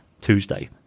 Tuesday